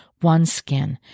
OneSkin